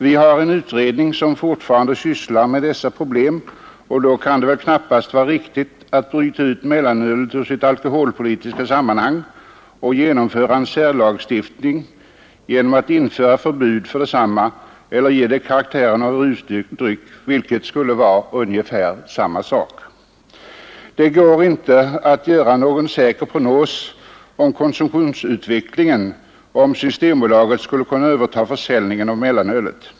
Vi har en utredning som fortfarande sysslar med dessa problem, och då kan det väl knappast vara riktigt att bryta ut mellanölet ur sitt alkoholpolitiska sammanhang och genomföra en särlagstiftning genom att införa förbud för detsamma eller ge det karaktären av rusdryck, vilket skulle innebära ungefär samma sak. Det går inte att göra någon säker prognos för konsumtionsutvecklingen, om Systembolaget skulle kunna överta försäljningen av mellanölet.